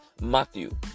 Matthew